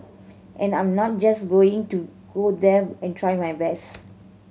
and I'm not just going to go there and try my best